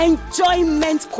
Enjoyment